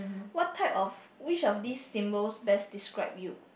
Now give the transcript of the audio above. what type of which of this symbols best describe you